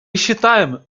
считаем